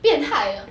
变态的